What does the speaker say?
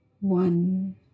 one